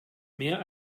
mehr